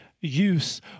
use